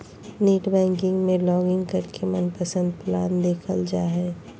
net banking में login करके मनपसंद प्लान देखल जा हय